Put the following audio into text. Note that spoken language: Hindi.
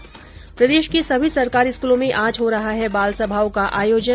्रदेश के सभी सरकारी स्कूलों में आज हो रहा है बालसभाओं का आयोजन